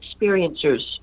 experiencers